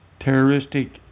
terroristic